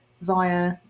via